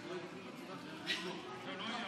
אירוע אלים,